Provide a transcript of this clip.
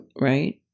Right